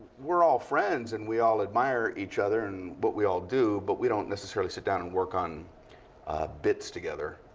we're all friends, and we all admire each other and what but we all do. but we don't necessarily sit down and work on bits together.